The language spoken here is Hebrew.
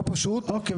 לא פשוט --- אוקי,